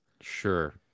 Sure